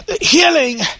healing